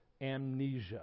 amnesia